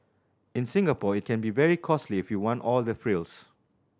in Singapore it can be very costly if you want all the frills